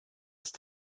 ist